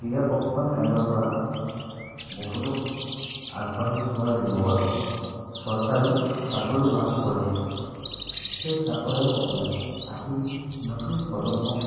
ক্ৰীড়া প্ৰশিক্ষণ কেন্দ্ৰৰ পৰা বহুলোক আগবাঢ়ি যোৱাৰ লগতে চৰকাৰী চাকৰিও লাভ কৰিছে সেই চাকৰিয়ালসকলে আহি নতুন প্ৰজন্মক